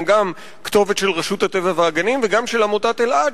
גם כתובת של רשות הטבע והגנים וגם של עמותת אלע"ד,